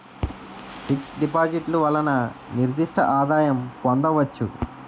fix డిపాజిట్లు వలన నిర్దిష్ట ఆదాయం పొందవచ్చు